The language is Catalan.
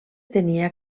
tenia